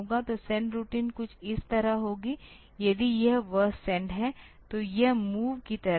तो send routine कुछ इस तरह होगी यदि यह वह सेंड है तो यह MOV की तरह है